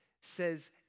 says